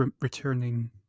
returning